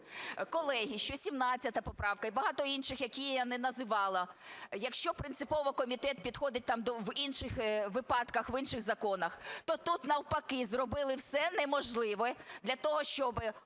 Колеги, ще 17 поправка і багато інших, які я не називала, якщо принципово комітет підходить там в інших випадках, в інших законах, то тут навпаки, зробили все неможливе для того, щоб,